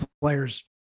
players